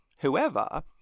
whoever